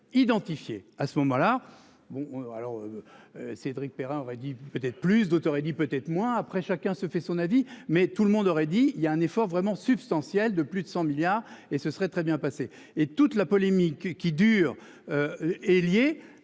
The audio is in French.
identifié à ce moment-là. Bon alors. Cédric Perrin aurait dit peut-être plus d'auteurs et dit peut-être moins après chacun se fait son avis mais tout le monde aurait dit il y a un effort vraiment substantiel de plus de 100 milliards et ce serait très bien passé et toute la polémique qui dure. Et liée